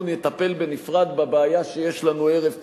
נטפל בנפרד בבעיה שיש לנו ערב בחירות,